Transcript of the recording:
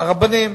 הרבנים